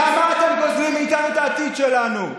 למה אתם גוזלים מאיתנו את העתיד שלנו?